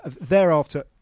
thereafter